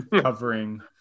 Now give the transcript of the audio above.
covering